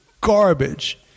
garbage